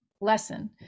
lesson